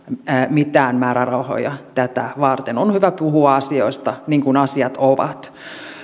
mitään määrärahoja tätä varten on hyvä puhua asioista niin kuin asiat ovat